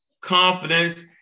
confidence